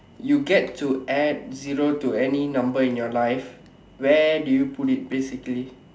you get to add zero to any number in your life where do you put it basically